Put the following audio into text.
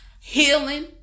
healing